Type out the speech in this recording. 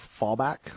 fallback